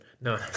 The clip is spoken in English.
no